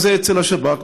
אם זה אצל השב"כ,